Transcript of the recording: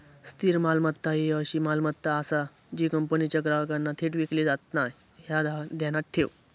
स्थिर मालमत्ता ही अशी मालमत्ता आसा जी कंपनीच्या ग्राहकांना थेट विकली जात नाय, ह्या ध्यानात ठेव